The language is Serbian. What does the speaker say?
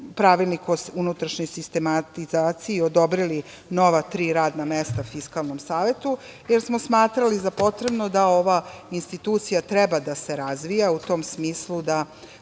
Pravilnik o unutrašnjoj sistematizaciji, odobrili nova tri radna mesta Fiskalnom savetu, jer smo smatrali za potrebno da ova institucija treba da se razvija u tom smislu da